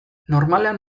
normalean